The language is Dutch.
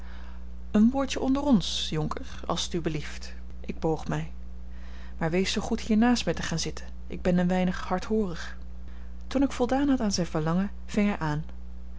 een woordje onder ons jonker als t u belieft ik boog mij maar wees zoo goed hier naast mij te gaan zitten ik ben een weinig hardhoorig toen ik voldaan had aan zijn verlangen ving hij aan